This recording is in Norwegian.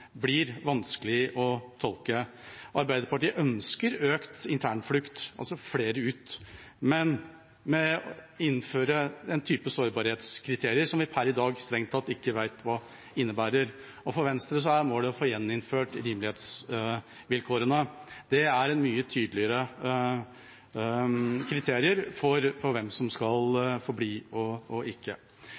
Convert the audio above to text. blir vanskelig å tolke. Arbeiderpartiet ønsker økt internflukt, altså flere ut, men ved å innføre en type sårbarhetskriterier som vi per i dag strengt tatt ikke vet hva innebærer. For Venstre er målet å få gjeninnført rimelighetsvilkårene. Det er mye tydeligere kriterier for hvem som skal